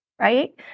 right